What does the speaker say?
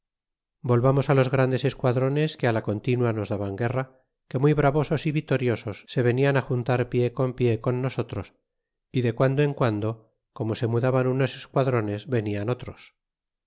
volvamos los grandes esquadrones que la continua nos daban guerra que muy bravosos y vitoriosos se venia á juntar pie con pie con nosotros y de guando en guando como se mudaban unos esquadrones venian otros